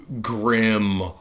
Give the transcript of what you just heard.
grim